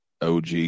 OG